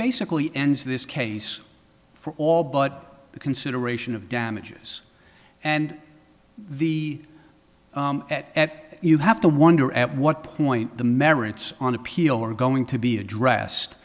basically ends this case for all but the consideration of damages and the at you have to wonder at what point the merits on appeal are going to be addressed